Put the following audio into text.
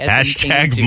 Hashtag